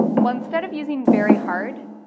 well, instead of using very hard,